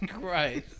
Christ